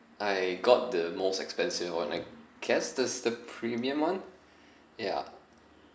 I got the most expensive one I guess that's the premium one ya